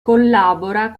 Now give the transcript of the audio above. collabora